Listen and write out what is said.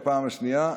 בפעם השנייה,